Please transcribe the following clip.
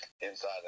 inside